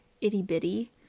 itty-bitty